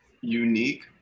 unique